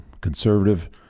conservative